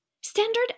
Standard